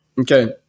Okay